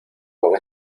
con